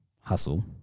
hustle